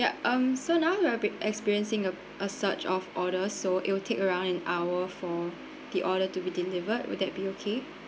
ya um so now we've been experiencing a a surge of order so it will take around an hour for the order to be delivered will that be okay